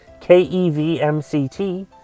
K-E-V-M-C-T